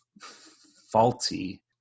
faulty